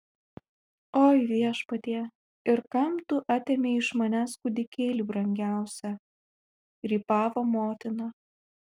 oi viešpatie ir kam tu atėmei iš manęs kūdikėlį brangiausią rypavo motina